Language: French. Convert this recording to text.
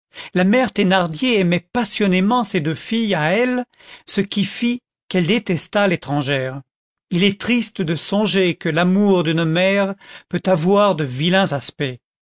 la mère thénardier aimait passionnément ses deux filles à elle ce qui fit qu'elle détesta l'étrangère il est triste de songer que l'amour d'une mère peut avoir de vilains aspects